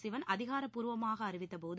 சிவன் அதிகாரப்பூர்வமாக அறிவித்தபோது